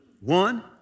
One